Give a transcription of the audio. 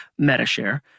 MetaShare